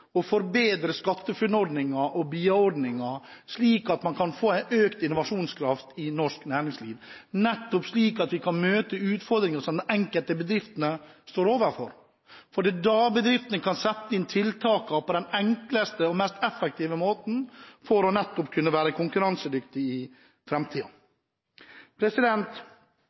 å forbedre SkatteFUNN-ordningen og BIA-ordningen, slik at man kan få økt innovasjonskraft i norsk næringsliv, slik at vi kan møte utfordringene som den enkelte bedrift står overfor. Det er da bedriftene kan sette inn tiltakene på den enkleste og mest effektive måten for å være konkurransedyktige i